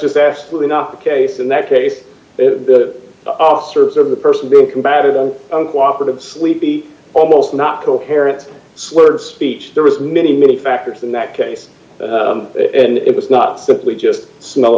just absolutely not the case in that case the officers of the person being combative them cooperate of sleepy almost not coherent slurred speech there was many many factors in that case and it was not simply just smell